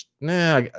nah